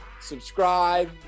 Subscribe